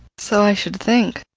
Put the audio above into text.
so i should think.